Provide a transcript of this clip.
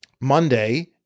Monday